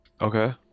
Okay